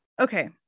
okay